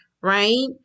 right